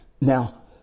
Now